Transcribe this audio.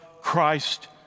Christ